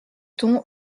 ton